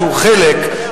שהוא חלק,